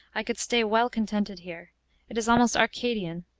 i could stay well contented here it is almost arcadian.